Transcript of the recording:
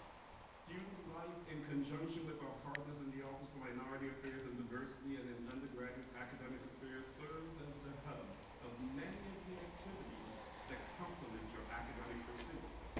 student life, in conjunction with our partners in the office of but minority affairs and diversity and in undergraduate academic affairs serves as the hub of many of the activities that complement your academic pursuits.